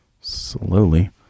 slowly